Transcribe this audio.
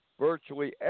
virtually